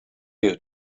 you